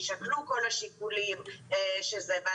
ושיישקלו כל השיקולים של זה.